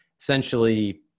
essentially